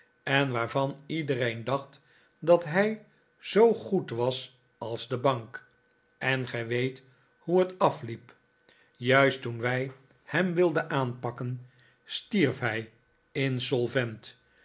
en waarvan iedereen dacht dat hij zoo goed was als de bank en gij weet hoe het afliep juist toen wij hem wilden aanpakken stierf hij